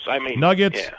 Nuggets